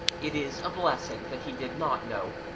it is a blessing that he did not know,